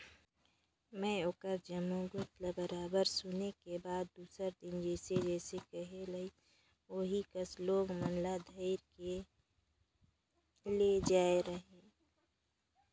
में ओखर जम्मो गोयठ ल बरोबर सुने के बाद दूसर दिन जइसे जइसे कहे लाइस ओही कस लोग मन ल धइर के ले जायें रहें